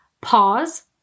pause